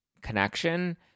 connection